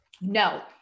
no